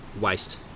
waste